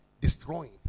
destroying